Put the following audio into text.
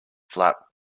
flap